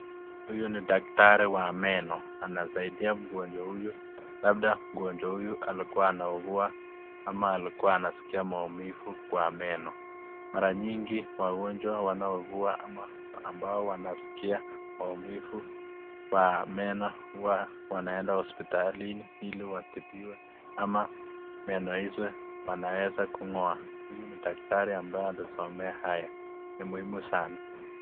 Huyu ni daktari wa meno, anasaidia mgonjwa huyu labda mgonjwa huyu alikuwa anaugua ama alikuwa anaskia maumivu kwa meno. Mara nyingi wagonjwa wanaougua ama ambao wanasikia maumivu wa meno huwa wanaenda hospitalini ili watibiwe ama meno hizo wanaweza kung'oa. Huyu ni daktari ambaye amesomea haya, ni muhimu sana.